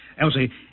Elsie